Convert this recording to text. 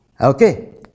okay